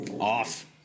Off